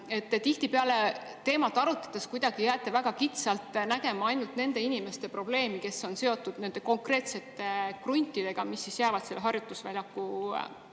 tihtipeale teemat arutades kuidagi jääte väga kitsalt nägema ainult nende inimeste probleemi, kes on seotud nende konkreetsete kruntidega, mis jäävad selle harjutusvälja piiridesse.